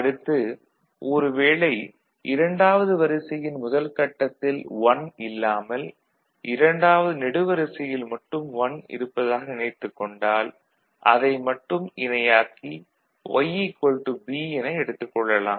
அடுத்து ஒரு வேளை இரண்டாவது வரிசையின் முதல் கட்டத்தில் '1' இல்லாமல் இரண்டாவது நெடுவரிசையில் மட்டும் '1' இருப்பதாக நினைத்துக் கொண்டால் அதை மட்டும் இணையாக்கி Y B என எடுத்துக் கொள்ளலாம்